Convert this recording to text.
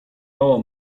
mała